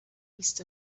east